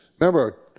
remember